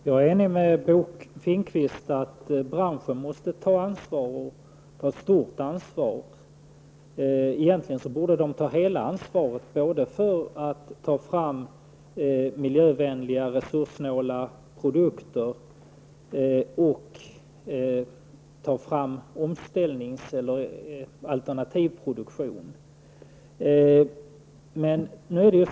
Herr talman! Jag är enig med Bo Finnkvist om att branschen måste ta ett stort ansvar. Egentligen borde den ta hela ansvaret både för att ta fram miljövänliga och resurssnåla produkter och för att ta fram omställnings eller alternativproduktion.